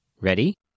Ready